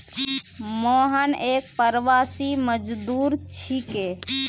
मोहन एक प्रवासी मजदूर छिके